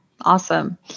Awesome